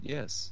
Yes